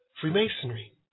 Freemasonry